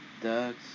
Ducks